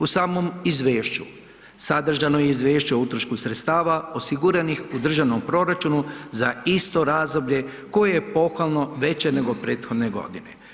U samom izvješću sadržano je i izvješće o utrošku sredstava osiguranih u državnom proračunu za isto razdoblje koje je pohvalno veće nego prethodne godine.